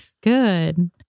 Good